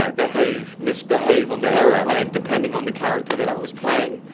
ah misbehave misbehave on the airplane, depending on the character that i was playing.